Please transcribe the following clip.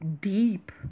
deep